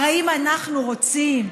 הרי אם אנחנו רוצים,